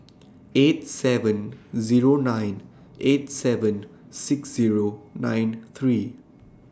eight seven Zero nine eight seven six Zero nine three